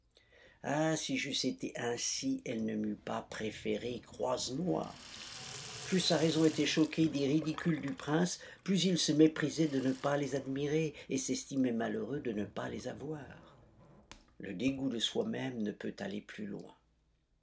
ah si j'eusse été ainsi elle ne m'eût pas préféré croisenois plus sa raison était choquée des ridicules du prince plus il se méprisait de ne pas les admirer et s'estimait malheureux de ne pas les avoir le dégoût de soi-même ne peut aller plus loin